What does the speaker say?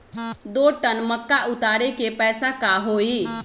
दो टन मक्का उतारे के पैसा का होई?